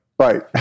Right